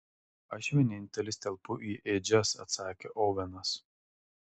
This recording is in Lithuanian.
aš vienintelis telpu į ėdžias atsakė ovenas